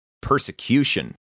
persecution